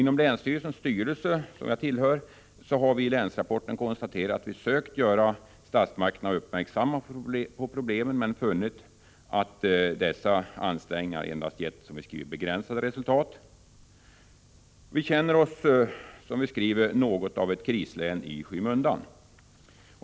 Inom länsstyrelsens styrelse, som jag tillhör, har vi i länsrapporten konstaterat att vi sökt göra statsmakterna uppmärksamma på problemen men funnit att dessa ansträngningar endast gett begränsade resultat. Vi känner oss, som vi skriver, som något av ett krislän i skymundan.